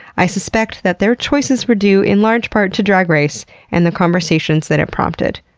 i suspect that their choices were due in large part to drag race and the conversations that it prompted.